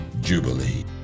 jubilee